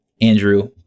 Andrew